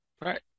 right